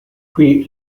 qui